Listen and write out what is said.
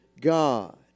God